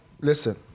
listen